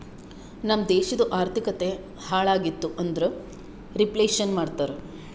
ನಮ್ ದೇಶದು ಆರ್ಥಿಕತೆ ಹಾಳ್ ಆಗಿತು ಅಂದುರ್ ರಿಫ್ಲೇಷನ್ ಮಾಡ್ತಾರ